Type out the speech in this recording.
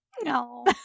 no